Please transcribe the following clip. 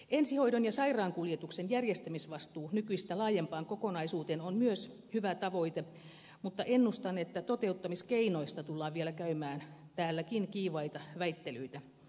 ensihoidon ja sairaankuljetuksen järjestämisvastuu nykyistä laajempaan kokonaisuuteen on myös hyvä tavoite mutta ennustan että toteuttamiskeinoista tullaan vielä käymään täälläkin kiivaita väittelyitä